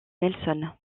nelson